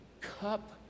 cup